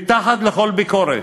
שהם מתחת לכל ביקורת.